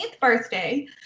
birthday